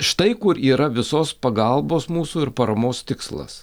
štai kur yra visos pagalbos mūsų ir paramos tikslas